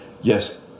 Yes